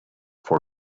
for